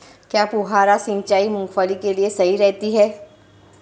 क्या फुहारा सिंचाई मूंगफली के लिए सही रहती है?